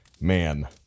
man